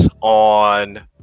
on